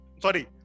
Sorry